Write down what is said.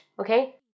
Okay